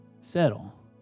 settle